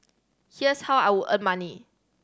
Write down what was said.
here's how I would earn money